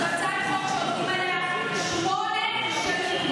זו הצעת חוק שעובדים עליה שמונה שנים.